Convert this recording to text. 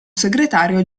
segretario